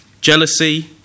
Jealousy